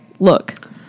Look